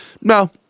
no